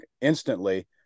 instantly